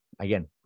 Again